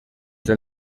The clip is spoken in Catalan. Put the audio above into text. del